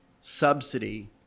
Subsidy